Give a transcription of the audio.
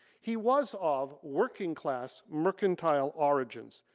he was of working class mercantile origins.